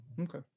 Okay